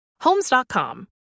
Homes.com